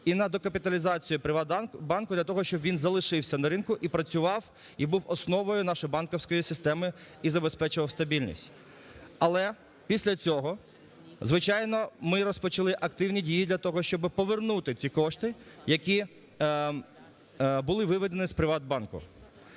і на докапіталізацію "ПриватБанку" для того, щоб він залишився на ринку і працював, і був основою нашої банківської системи, і забезпечував стабільність. Але після цього, звичайно, ми розпочали активні дії для того, щоб повернути ті кошти, які були виведені з "ПриватБанку".